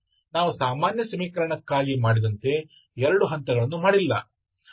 ನಾವು ಸಾಮಾನ್ಯ ಸಮೀಕರಣಕ್ಕಾಗಿ ಮಾಡಿದಂತೆ ಎರಡು ಹಂತಗಳನ್ನು ಮಾಡಿಲ್ಲ